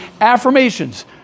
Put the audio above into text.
affirmations